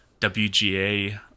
WGA